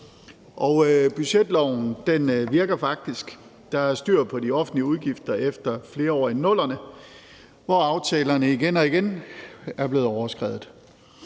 budgetloven virker faktisk. Der er styr på de offentlige udgifter efter flere år i 00'erne, hvor aftalerne igen og igen er blevet overskredet.